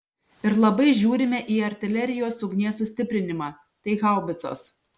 ir labai žiūrime į artilerijos ugnies sustiprinimą tai haubicos